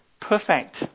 perfect